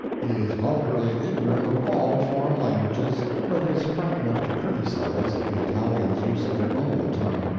he is vulgarly ignorant of all foreign languages, but is frank enough to criticize, the italians' use of their own tongue.